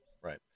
Right